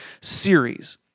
series